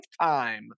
lifetime